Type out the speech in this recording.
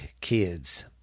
kids